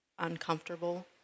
uncomfortable